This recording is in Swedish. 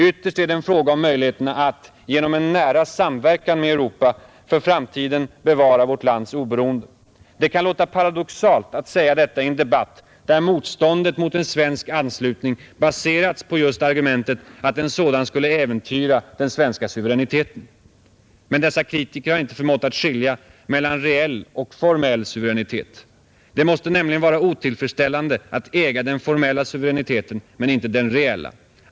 Ytterst är det en fråga om möjligheterna att, genom en nära samverkan med Europa, för framtiden bevara vårt lands oberoende. Det kan låta paradoxalt att säga detta i en debatt där motståndet mot en svensk anslutning baserats på just argumentet att en sådan skulle äventyra den svenska suveräniteten. Men dessa kritiker har inte förmått att skilja mellan reell och formell suveränitet. Det måste nämligen vara otillfredsställande att äga den formella suveräniteten men inte den reella.